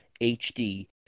hd